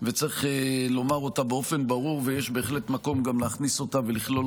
חוק ומשפט, על הצעת החוק החשובה והנכונה